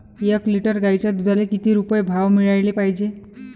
एक लिटर गाईच्या दुधाला किती रुपये भाव मिळायले पाहिजे?